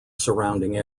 surrounding